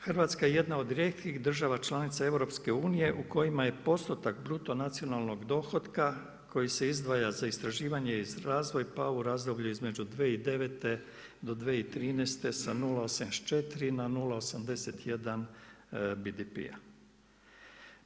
Hrvatska jedna od rijetkih država članica EU u kojima je postotak bruto nacionalnog dohotka koji se izdvaja za istraživanje i razvoj pao u razdoblju između 2009. do 2013. sa 0,84 na 0,81 BDP-a.